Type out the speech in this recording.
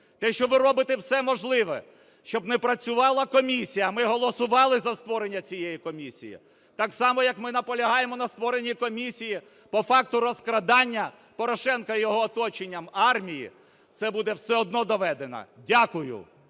те, що ви робите все можливе, щоб не працювала комісія. А ми голосували за створення цієї комісії. Так само, як ми наполягаємо на створенні комісії по факту розкрадання Порошенком і його оточенням армії. Це буде все одно доведено. Дякую.